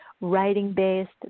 writing-based